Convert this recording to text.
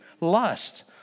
lust